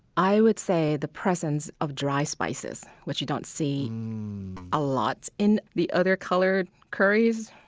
i would say the presence of dry spices, which you don't see a lot in the other color curries.